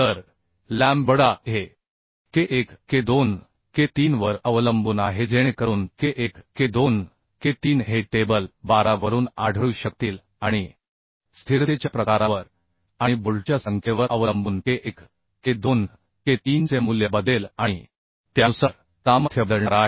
तर lambda e हे k1 k2 k3 वर अवलंबून आहे जेणेकरून k1 k2 k3 हे टेबल 12 वरून आढळू शकतील आणि स्थिरतेच्या प्रकारावर आणि बोल्टच्या संख्येवर अवलंबून k1 k2 k3 चे मूल्य बदलेल आणि त्यानुसार सामर्थ्य बदलणार आहे